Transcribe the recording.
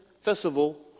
festival